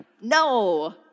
no